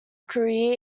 career